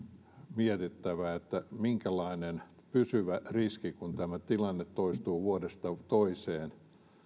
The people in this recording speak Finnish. mietittävä minkälainen pysyvä riski syntyy kun tämä tilanne toistuu vuodesta toiseen